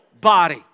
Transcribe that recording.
body